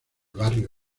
barrio